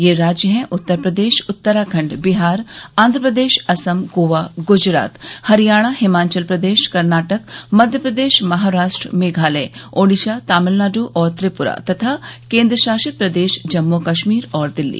ये राज्य हैं उत्तर प्रदेश उत्तराखण्ड बिहार आंध्र प्रदेश असम गोआ गुजरात हरियाणा हिमाचल प्रदेश कर्नाटक मध्य प्रदेश महाराष्ट्र मेघालय ओडिशा तमिलनाड् और त्रिप्रा तथा केंद्रशासित प्रदेश जम्मू कश्मीर और दिल्ली